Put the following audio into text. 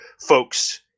folks